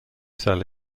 cell